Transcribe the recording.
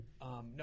No